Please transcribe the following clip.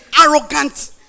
arrogant